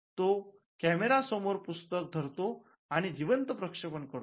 तो कॅमेरा समोर पुस्तक धरतो आणि जिवंत प्रक्षेपण करतो